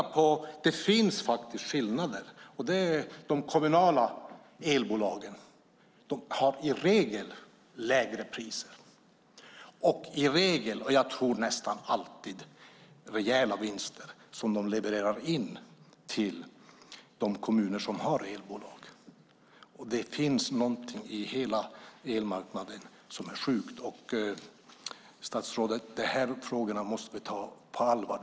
Det finns faktiskt skillnader. De kommunala elbolagen har i regel lägre priser och i regel - jag tror nästan alltid - rejäla vinster som de levererar in till de kommuner som har elbolag. Det finns någonting i hela elmarknaden som är sjukt. Statsrådet! De här frågorna måste vi ta på allvar.